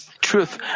truth